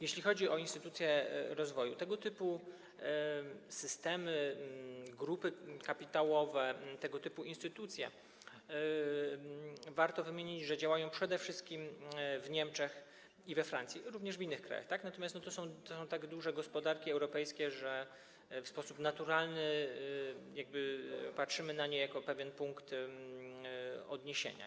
Jeśli chodzi o instytucje rozwoju, tego typu systemy, grupy kapitałowe, tego typu instytucje, warto wskazać, że działają one przede wszystkim w Niemczech i we Francji - działają również w innych krajach, natomiast to są tak duże gospodarki europejskie, że w sposób naturalny patrzymy na nie jako na pewien punkt odniesienia.